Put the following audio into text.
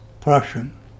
Prussian